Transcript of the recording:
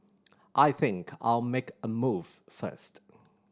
I think I'll make a move first